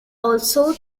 also